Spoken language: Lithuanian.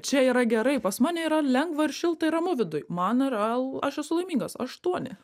čia yra gerai pas mane yra lengva ir šilta ir ramu viduj man yra l aš esu laimingas aštuoni